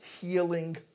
healing